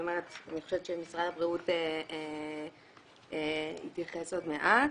אני חושבת שמשרד הבריאות יתייחס עוד מעט.